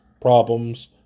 problems